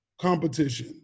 competition